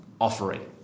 offering